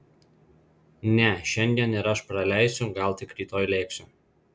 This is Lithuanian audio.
ne šiandien ir aš praleisiu gal tik rytoj lėksiu